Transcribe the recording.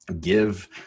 give